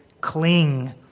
Cling